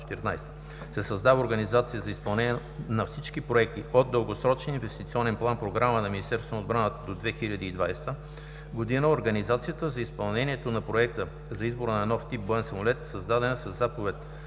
създава организация за изпълнение на всички проекти от Дългосрочния инвестиционен План-програма на Министерството на отбраната до 2020 г., организацията за изпълнение на Проекта за избор на нов тип боен самолет, създадена със Заповед